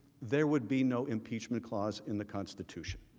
there would be no impeachment clause in the constitution.